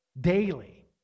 Daily